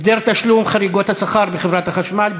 הסדר תשלום חריגות השכר בחברת החשמל,